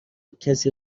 کسی